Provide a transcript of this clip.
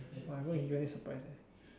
!wah! I'm gonna be very surprised eh